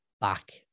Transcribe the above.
back